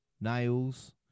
Nails